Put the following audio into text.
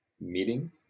meeting